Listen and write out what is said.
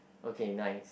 okay nice